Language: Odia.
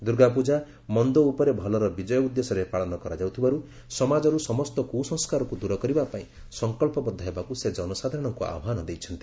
ଦୁର୍ଗାପ୍ତଜା ମନ୍ଦ ଉପରେ ଭଲର ବିଜୟ ଉଦ୍ଦେଶ୍ୟରେ ପାଳନ କରାଯାଉଥିବାରୁ ସମାଜରୁ ସମସ୍ତ କୁସଂସ୍କାରକୁ ଦୂରକରିବା ପାଇଁ ସକଳ୍ପବଦ୍ଧ ହେବାକୁ ସେ ଜନସାଧାରଣଙ୍କୁ ଆହ୍ୱାନ ଦେଇଛନ୍ତି